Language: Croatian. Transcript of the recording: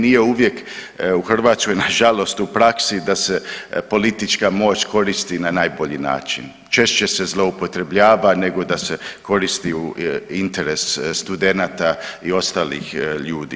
Nije uvijek u Hrvatskoj nažalost u praksi da se politička moć koristi na najbolji način, češće se zloupotrebljava nego da se koristi u interes studenata i ostalih ljudi.